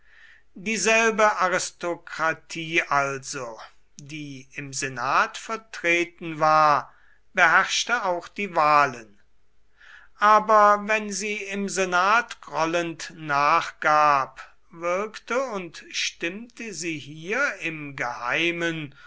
dieselbe aristokratie also die im senat vertreten war beherrschte auch die wahlen aber wenn sie im senat grollend nachgab wirkte und stimmte sie hier im geheimen